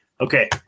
Okay